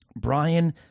Brian